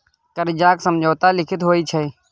करजाक समझौता लिखित होइ छै